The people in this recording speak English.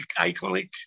iconic